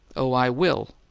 oh, i will?